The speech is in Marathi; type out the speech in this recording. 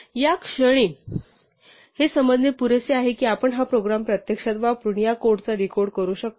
या क्षणी हे समजणे पुरेसे आहे की आपण हा प्रोग्राम प्रत्यक्षात वापरून या कोडचा डीकोड करू शकतो